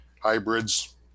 hybrids